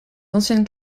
anciennes